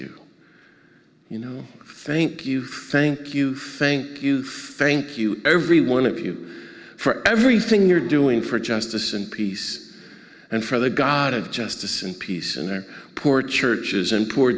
you you know thank you frank you think you faint you every one of you for everything you're doing for justice and peace and for the god of justice and peace and port churches and po